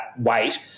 weight